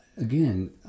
Again